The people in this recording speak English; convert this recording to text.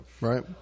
right